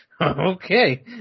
Okay